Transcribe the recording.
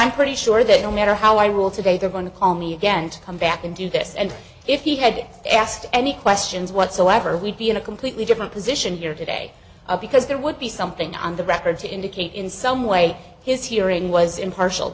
i'm pretty sure that no matter how i rule today they're going to call me again to come back and do this and if he had asked any questions whatsoever we'd be in a completely different position here today because there would be something on the record to indicate in some way his hearing was impartial